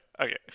Okay